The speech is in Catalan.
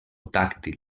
tàctil